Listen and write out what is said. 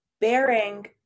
Bearing